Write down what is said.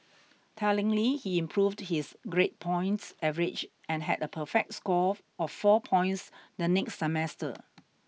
tellingly he improved his grade points average and had a perfect score of four points the next semester